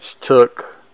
took